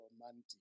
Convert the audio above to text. romantic